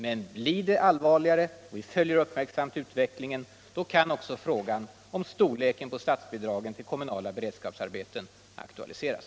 Men blir det allvarligare — vi följer utvecklingen uppmärksamt — då kan också frågan om storleken på statsbidragen till kommunala beredskapsarbeten aktualiseras.